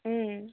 ம்